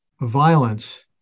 violence